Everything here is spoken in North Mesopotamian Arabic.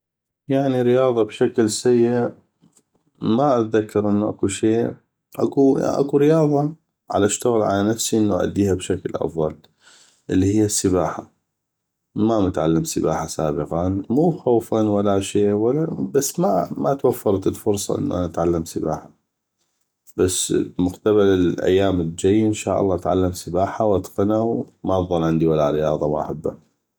يعني رياضه بشكل سيء ما اتذكر انو اكو شي اكو. رياضه علشتغل على نفسي انو ااديها بشكل افضل اللي هيه السباحه ما متعلم سباحه سابقا مو خوفا ولا شي بس ما توفرت الفرصه انو انا اتعلم سباحه بس مقتبل الايام الجي أن شاء الله اتعلم سباحه واتقنه وما تضل عندي ولا رياضه ما احبه